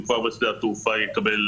הוא כבר בשדה התעופה יקבל